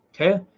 okay